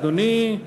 אדוני,